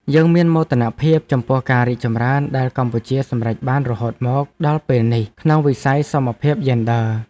យើងមានមោទនភាពចំពោះការរីកចម្រើនដែលកម្ពុជាសម្រេចបានរហូតមកដល់ពេលនេះក្នុងវិស័យសមភាពយេនឌ័រ។